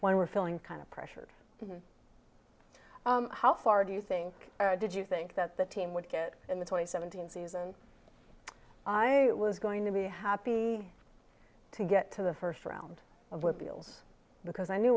when we're feeling kind of pressured how far do you think did you think that the team would get in the twenty seventeen season i was going to be happy to get to the first round of whip deals because i knew